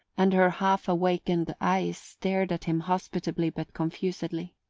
and her half-awakened eyes stared at him hospitably but confusedly.